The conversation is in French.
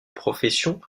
profession